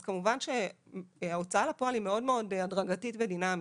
אז כמובן שההוצאה לפועל היא מאוד הדרגתית ודינמית.